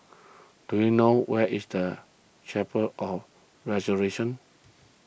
do you know where is the Chapel of Resurrection